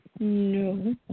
No